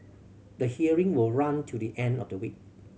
the hearing will run till the end of the week